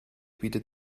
bietet